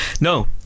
no